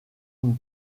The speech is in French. une